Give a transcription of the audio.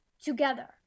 together